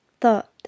Thought